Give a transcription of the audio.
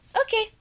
Okay